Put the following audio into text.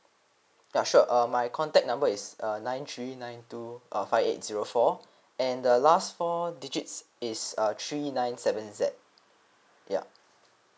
ya sure uh my contact number is uh nine three nine two uh five eight zero four and the last four digits is uh three nine seven Z ya